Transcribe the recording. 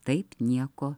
taip nieko